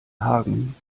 hagen